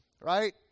right